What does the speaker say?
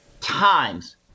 times